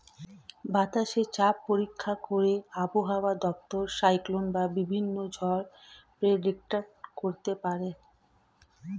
বাতাসে চাপ পরীক্ষা করে আবহাওয়া দপ্তর সাইক্লোন বা বিভিন্ন ঝড় প্রেডিক্ট করতে পারে